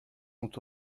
sont